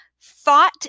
thought